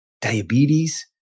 diabetes